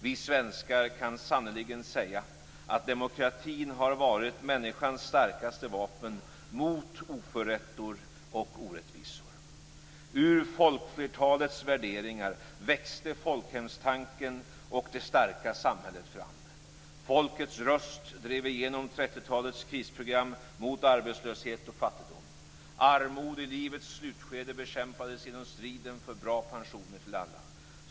Vi svenskar kan sannerligen säga att demokratin har varit människans starkaste vapen mot oförrätter och orättvisor. Ur folkflertalets värderingar växte folkhemstanken och det starka samhället fram. Folkets röst drev igenom 30-talets krisprogram mot arbetslöshet och fattigdom. Armod i livets slutskede bekämpades genom striden för bra pensioner till alla.